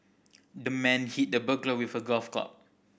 the man hit the burglar with a golf club